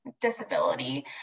disability